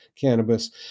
cannabis